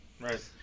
Right